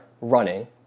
running